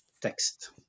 text